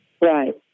Right